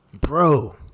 Bro